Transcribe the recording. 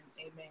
Amen